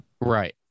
Right